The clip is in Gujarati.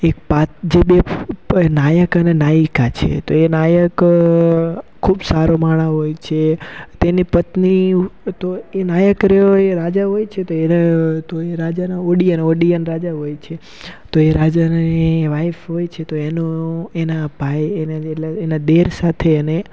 એક પાત જે બે નાયક અને નાયિકા છે તો એ નાયક ખૂબ સારો માણસ હોય છે તેની પત્ની તો એ નાયક રહ્યો એ એ રાજા હોય છે તો એ તો એ રાજાના ઓડિયન ઓડિયન રાજા હોય છે તો એ રાજાની વાઈફ હોય છે તો એનું એના ભાઈ એનાએને એટલે એના દીયર સાથે એને